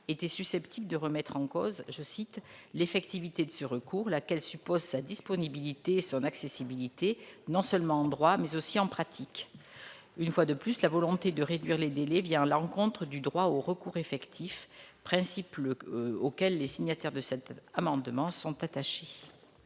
était susceptible de remettre en cause « l'effectivité de ce recours, laquelle suppose sa disponibilité et son accessibilité, non seulement en droit, mais aussi en pratique ». Une fois de plus, la volonté de réduire les délais va à l'encontre du droit à un recours effectif, principe auquel les auteurs de cet amendement sont attachés.